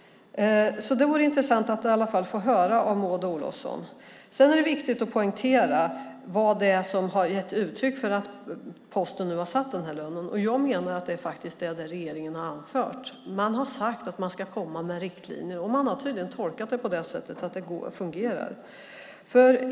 Det vore intressant att få höra det av Maud Olofsson. Det är viktigt att poängtera vad det är som har gett uttryck för att Posten nu har satt den här lönen. Jag menar att det faktiskt är det som regeringen har anfört. Man har sagt att man ska komma med riktlinjer, och det har tydligen tolkats på det sättet att det fungerar.